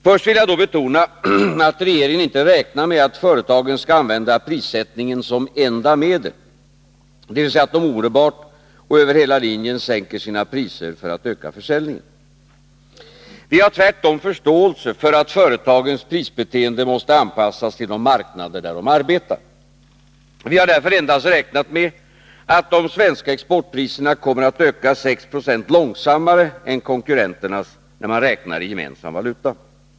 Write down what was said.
Först vill jag då betona att regeringen inte räknar med att företagen skall använda prissättningen som enda medel, dvs. att de omedelbart och över hela linjen sänker sina priser för att öka försäljningen. Vi har tvärtom förståelse för att företagens prisbeteende måste anpassas till de marknader där de arbetar. Vi har därför endast räknat med att de svenska exportpriserna kommer att öka 6 20 långsammare än konkurrenternas när man räknar i gemensam valuta.